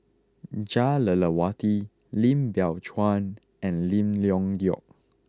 Jah Lelawati Lim Biow Chuan and Lim Leong Geok